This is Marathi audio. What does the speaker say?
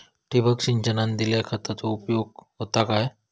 ठिबक सिंचनान दिल्या खतांचो उपयोग होता काय?